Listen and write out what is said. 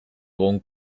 egun